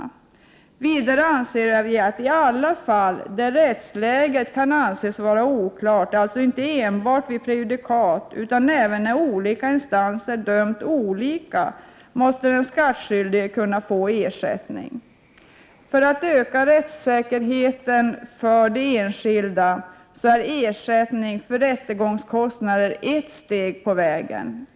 Vi anser vidare att den skattskyldige måste kunna få ersättning i alla fall där rättsläget kan anses vara oklart — alltså inte enbart vid prejudikat, utan även när olika instanser dömt olika. För att öka rättssäkerheten för de enskilda är ersättning för rättegångskostnader ett steg på vägen.